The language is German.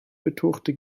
betuchte